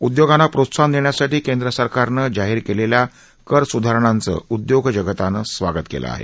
उद्योगांना प्रोत्साहन देण्यासाठी केंद्रसरकारने जाहीर केलेल्या कर सुधारणांचं उदयोग जगताने स्वागत केलं आहे